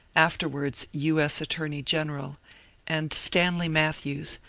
afterwards u. s. attorney-general and stanley mat thews,